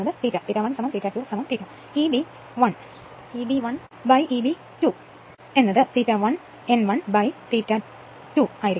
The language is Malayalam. Eb 1 ന് ശേഷം Eb 2 ന് ∅1 n 1 ∅ 2 ആയിരിക്കും